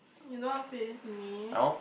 you don't want face me